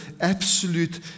absolute